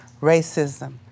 racism